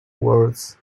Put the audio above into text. words